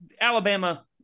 Alabama